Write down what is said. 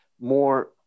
more